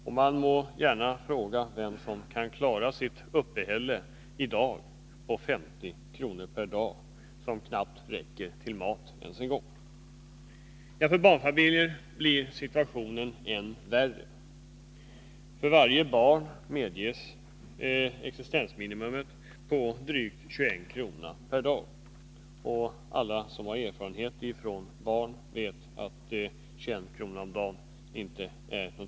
Man kan fråga sig vem som i dag kan klara sitt uppehälle på 50 kr. per dag. Det räcker knappt till maten. För barnfamiljerna blir situationen än värre. För varje barn medges ett existensminimum på drygt 21 kr. per dag. Alla som har erfarenhet av barn vet att 21 kr.